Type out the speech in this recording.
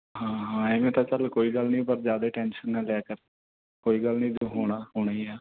ਹਾਂ ਐਵੇਂ ਤਾਂ ਚੱਲ ਕੋਈ ਗੱਲ ਨਹੀਂ ਪਰ ਜ਼ਿਆਦਾ ਟੈਂਸ਼ਨ ਨਾ ਲਿਆ ਕਰ ਕੋਈ ਗੱਲ ਨਹੀਂ ਜੋ ਹੋਣਾ ਹੋਣਾ ਹੀ ਆ